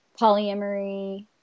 polyamory